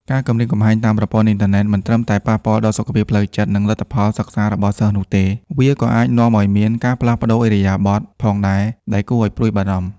ការគំរាមកំហែងតាមប្រព័ន្ធអ៊ីនធឺណិតមិនត្រឹមតែប៉ះពាល់ដល់សុខភាពផ្លូវចិត្ត និងលទ្ធផលសិក្សារបស់សិស្សនោះទេ វាក៏អាចនាំឲ្យមាន ការផ្លាស់ប្តូរឥរិយាបថ ផងដែរ ដែលគួរឲ្យព្រួយបារម្ភ។